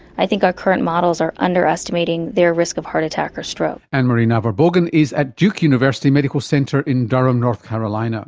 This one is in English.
i think our current models are underestimating their risk of heart attack or stroke. ann marie navar-boggan is at duke university medical center in durham north carolina